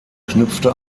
knüpfte